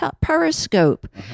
periscope